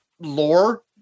lore